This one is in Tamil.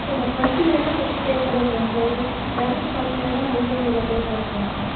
சார் நான் டுவெண்ட்டி வேணா ஃபஸ்ட்டு பே பண்ணிக்கிறேன் சார் பேலன்ஸ் ஃபாட்டி வேணா நான் இஎம்ஐயில் பே பண்ணிக்கிறேன் சார்